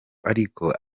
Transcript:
ariko